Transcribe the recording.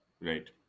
Right